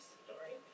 story